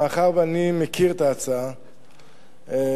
מאחר שאני מכיר את ההצעה מקרוב,